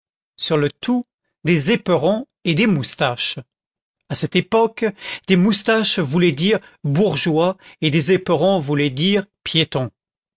sur le tout des éperons et des moustaches à cette époque des moustaches voulaient dire bourgeois et des éperons voulaient dire piéton